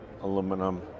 Aluminum